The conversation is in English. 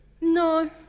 No